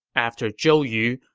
after zhou yu,